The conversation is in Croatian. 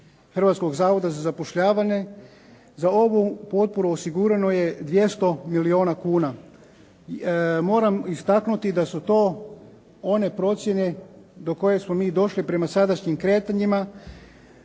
Hrvatskog zavoda za zapošljavanje za ovu potporu osigurano je 200 milijuna kuna. Moram istaknuti da su to one procjene do koje smo mi došli prema sadašnjim kretanjima